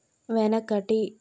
వెనకటి